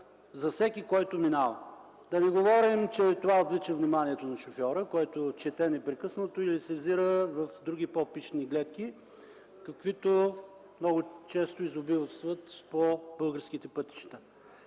ръждясват, загрозяват. Да не говорим, че отвличат вниманието на шофьора, който чете непрекъснато или се взира в други, по-пищни гледки, каквито много често изобилстват по българските пътища.